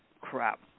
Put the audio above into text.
crap